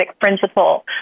principle